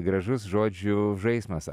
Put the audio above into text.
gražus žodžių žaismas